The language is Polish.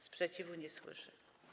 Sprzeciwu nie słyszę.